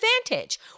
advantage